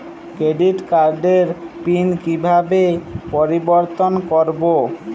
Credit কার্ডের PIN কিভাবে পরিবর্তন করবো?